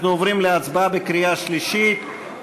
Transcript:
אנחנו עוברים להצבעה בקריאה שלישית.